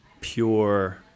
pure